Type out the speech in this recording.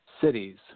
cities